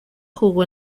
jugó